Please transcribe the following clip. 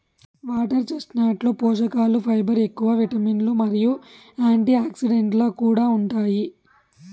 water చెస్ట్నట్లలో పోషకలు fibre ఎక్కువ, విటమిన్లు మరియు యాంటీఆక్సిడెంట్లు కూడా ఉంటాయి